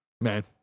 Man